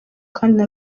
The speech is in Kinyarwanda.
kandi